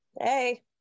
hey